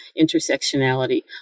intersectionality